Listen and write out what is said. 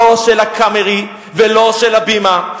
לא של "הקאמרי" ולא של "הבימה",